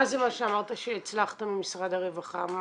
מה זה מה שאמרת שהצלחת ממשרד הרווחה,